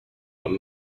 but